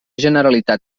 generalitat